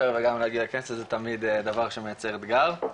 וגם להגיע לכנסת זה תמיד דבר שמייצר אתגר.